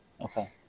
okay